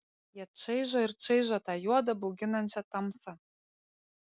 jie čaižo ir čaižo tą juodą bauginančią tamsą